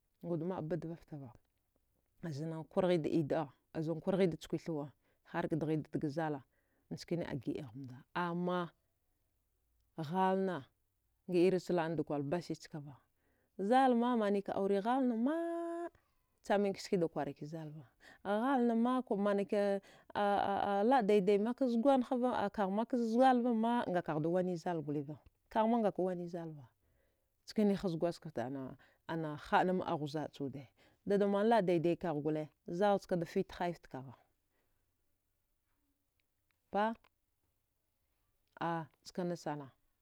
Ngawudma badvavtava vna kurghida iydəa vna kurghida chkwith uəa harka dghidadga zala nchkane agiəaghmda amma zalna nga irachlanada kwal basichkava zalma manika aure ghalnama chaminka skida kwarakizalva ghalnama manika a a laədaidai makzgwanhava akaghmak zalvama ngakaghda waini zalgoliva kaghma ngaka waini zalva chanihaz gwadjgaft ana ana haɗnaf ghuza'a chawuda dadamanlaə daidaikagh gole zalchka da fit hai fkagha ba a chkanasana